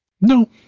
No